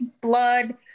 blood